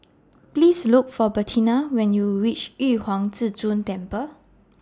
Please Look For Bertina when YOU REACH Yu Huang Zhi Zun Temple